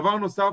דבר נוסף,